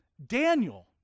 Daniel